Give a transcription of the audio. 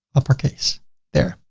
uppercase there.